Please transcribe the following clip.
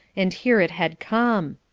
and here it had come.